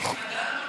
נחמדה אמרת?